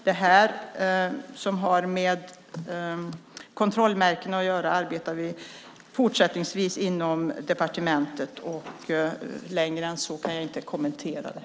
Det här som har med kontrollmärken att göra arbetar vi fortsättningsvis med inom departementet. Längre än så kan jag inte kommentera det.